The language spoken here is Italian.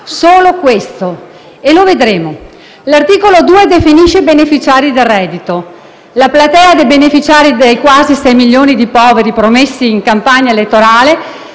solo questo, e lo vedremo. L'articolo 2 definisce i beneficiari del reddito. La platea dei beneficiari dai quasi 6 milioni di poveri promessi in campagna elettorale